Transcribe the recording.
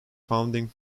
founding